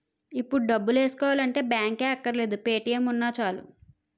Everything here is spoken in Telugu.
ఇప్పుడు డబ్బులేసుకోవాలంటే బాంకే అక్కర్లేదు పే.టి.ఎం ఉన్నా చాలు